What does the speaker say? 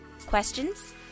Questions